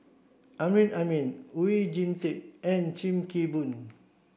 Amrin Amin Oon Jin Teik and Sim Kee Boon